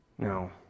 No